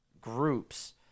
groups